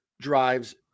drives